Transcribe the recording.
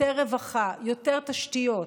יותר רווחה, יותר תשתיות,